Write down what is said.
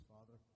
Father